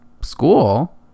school